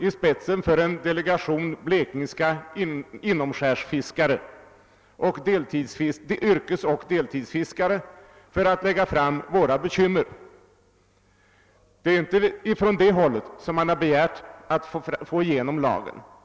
I spetsen för en delegation blekingska inomskärsfiskare, yrkesoch deltidsfiskare, var jag uppe här i Stockholm för att lägga fram deras bekymmer; det är inte från det hållet som man har begärt att få lagen.